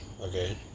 Okay